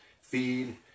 feed